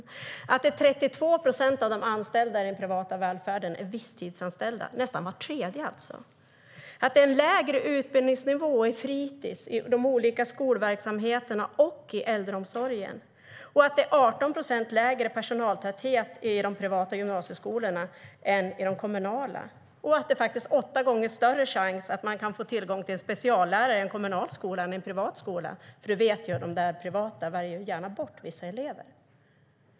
Vidare leder den ekonomiska drivkraften till att 32 procent av de anställda i den privata välfärden är visstidsanställda, nästan var tredje anställd alltså. Den leder till att det är lägre utbildningsnivå på fritis, i de olika skolverksamheterna och i äldreomsorgen. Den leder till att personaltätheten i de privata gymnasieskolorna är 18 procent lägre än i de kommunala. Den leder till att chansen att få tillgång till en speciallärare är åtta gånger större i en kommunal skola än i en privat skola, för vi vet att de privata skolorna gärna väljer bort vissa elever.